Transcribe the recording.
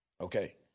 Okay